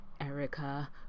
Erica